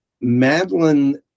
Madeline